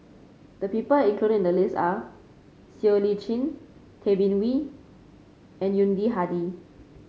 the people included in the list are Siow Lee Chin Tay Bin Wee and Yuni Hadi